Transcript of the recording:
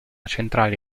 centrale